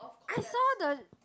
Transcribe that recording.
I saw the